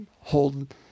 hold